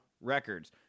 records